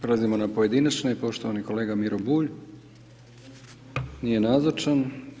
Prelazimo na pojedinačne, poštovani kolega Miro Bulj, nije nazočan.